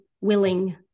willing